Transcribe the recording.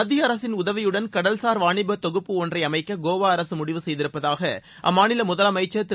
மத்திய அரசின் உதவியுடன் கடல்சார் வாணிப தொகுப்பு ஒன்றை அமைக்க கோவா அரசு முடிவு செய்திருப்பதாக அம்மாநில முதலமைச்சர் திரு